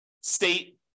state